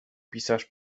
pisarz